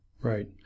Right